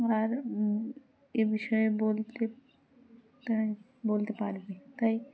আর এ বিষয়ে বলতে তাই বলতে পারবি তাই